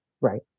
Right